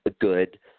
good